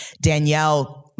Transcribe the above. Danielle